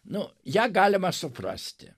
nu ją galima suprasti